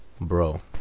Bro